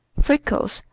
freckles,